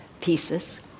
pieces